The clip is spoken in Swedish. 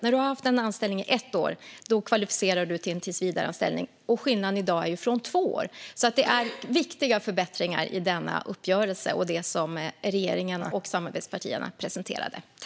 När man haft en anställning i ett år är man kvalificerad för en tillsvidareanställning, vilket är en skillnad jämfört med dagens två år. Det finns alltså viktiga förbättringar i denna uppgörelse och i det som regeringen och samarbetspartierna har presenterat.